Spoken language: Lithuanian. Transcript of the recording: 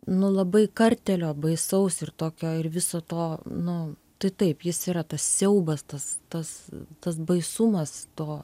nu labai kartelio baisaus ir tokio ir viso to nu tai taip jis yra tas siaubas tas tas tas baisumas to